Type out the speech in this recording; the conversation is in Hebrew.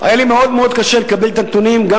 של